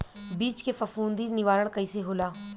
बीज के फफूंदी निवारण कईसे होला?